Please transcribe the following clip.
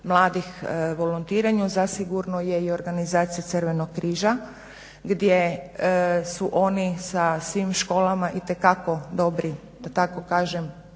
mladih volontiranju zasigurno je i organizacija Crvenog križa gdje su oni sa svim školama itekako dobri da tako kažem